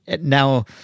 Now